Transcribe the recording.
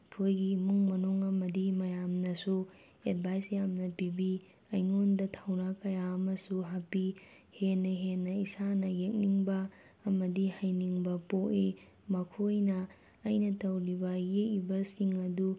ꯑꯩꯈꯣꯏꯒꯤ ꯏꯃꯨꯡ ꯃꯅꯨꯡ ꯑꯃꯗꯤ ꯃꯌꯥꯝꯅꯁꯨ ꯑꯦꯠꯚꯥꯏꯁ ꯌꯥꯝꯅ ꯄꯤꯕꯤ ꯑꯩꯉꯣꯟꯗ ꯊꯧꯅꯥ ꯀꯌꯥ ꯑꯃꯁꯨ ꯍꯥꯞꯄꯤ ꯍꯦꯟꯅ ꯍꯦꯟꯅ ꯏꯁꯥꯅ ꯌꯦꯛꯅꯤꯡꯕ ꯑꯃꯗꯤ ꯍꯩꯅꯤꯡꯕ ꯄꯣꯛꯏ ꯃꯈꯣꯏꯅ ꯑꯩꯅ ꯇꯧꯔꯤꯕ ꯌꯦꯛꯏꯕꯁꯤꯡ ꯑꯗꯨ